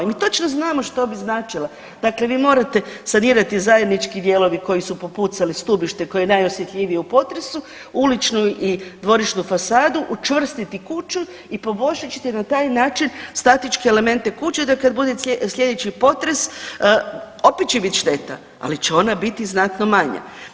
Mi točno znamo što bi značila, dakle vi morate sanirati zajednički dijelovi koji su popucali, stubište koje je najosjetljivije u potresu, uličnu i dvorišnu fasadu, učvrstiti kuću i poboljšat ćete na taj način statičke elemente kuće da kad bude slijedeći potres opet će bit šteta, ali će ona bit znatno manja.